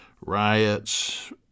riots